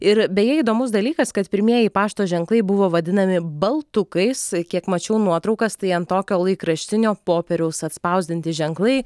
ir beje įdomus dalykas kad pirmieji pašto ženklai buvo vadinami baltukais kiek mačiau nuotraukas tai ant tokio laikraštinio popieriaus atspausdinti ženklai